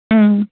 ம்